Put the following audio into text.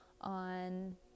on